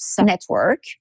network